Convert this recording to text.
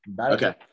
Okay